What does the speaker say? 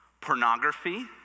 pornography